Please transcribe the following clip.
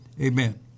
Amen